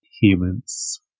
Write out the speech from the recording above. humans